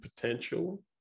potential